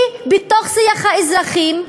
כי בתוך שיח האזרחים,